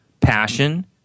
passion